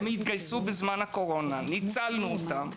הם התגייסו בזמן הקורונה, ניצלנו אותם.